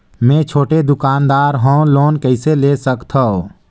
मे छोटे दुकानदार हवं लोन कइसे ले सकथव?